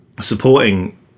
supporting